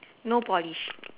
no polish